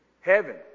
heaven